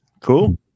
cool